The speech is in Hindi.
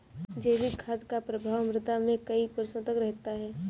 जैविक खाद का प्रभाव मृदा में कई वर्षों तक रहता है